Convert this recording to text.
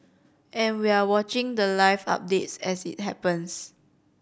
and we're watching the live updates as it happens